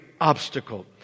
obstacle